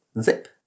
zip